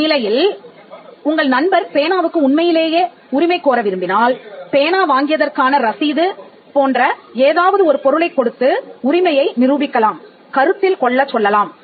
இந்நிலையில் உங்கள் நண்பர் பேனாவுக்கு உண்மையிலேயே உரிமை கோர விரும்பினால் பேனா வாங்கியதற்கான ரசீது போன்ற ஏதாவது ஒரு பொருளைக் கொடுத்து உரிமையை நிரூபிக்கலாம் கருத்தில் கொள்ளச் சொல்லலாம்